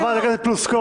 חברת הכנסת פלוסקוב,